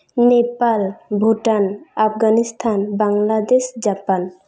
Nepal Bhutan Afghanistan Bangladesh Japan